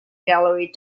gallery